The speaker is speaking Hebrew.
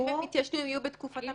אם הן התיישנו הן יהיו בתקופת המחיקה.